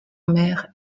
mère